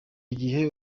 gihe